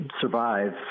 survive